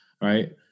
right